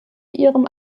ihrem